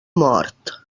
mort